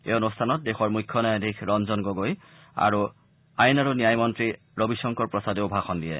এই অনুষ্ঠানত দেশৰ মুখ্য ন্যায়াধীশ ৰঞ্জন গগৈ আৰু আইন আৰু ন্যায়মন্ত্ৰী ৰবিশংকৰ প্ৰসাদেও ভাষণ দিয়ে